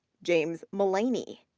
james mullaney,